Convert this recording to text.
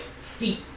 feet